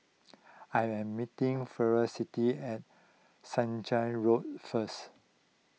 I am meeting Felicity at Road first